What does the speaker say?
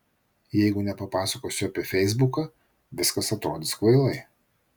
jeigu nepapasakosiu apie feisbuką viskas atrodys kvailai